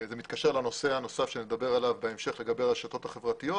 זה מתקשר לנושא הנוסף שנדבר עליו בהמשך לגבי הרשתות החברתיות.